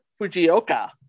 Fujioka